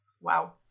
wow